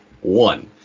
one